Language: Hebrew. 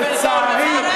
לצערי,